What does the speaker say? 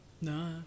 No